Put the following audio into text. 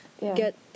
get